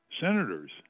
Senators